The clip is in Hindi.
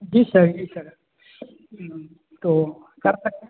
जी सर जी सर तो कर सकते हैं